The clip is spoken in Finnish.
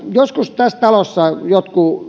joskus tässä talossa jotkin